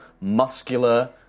muscular